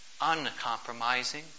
uncompromising